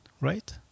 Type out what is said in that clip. right